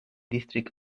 district